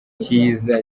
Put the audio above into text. cyiza